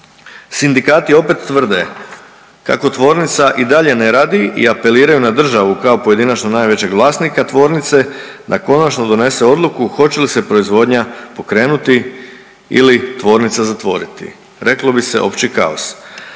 Sindikati opet tvrde kako tvornica i dalje ne radi i apeliraju na državu kao pojedinačno najvećeg vlasnika tvornice da konačno donese odluku hoće li se proizvodnja pokrenuti ili tvornica zatvoriti, reklo bi se opći kaos.